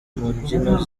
mbyino